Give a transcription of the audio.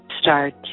Start